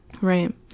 Right